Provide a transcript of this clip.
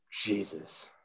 Jesus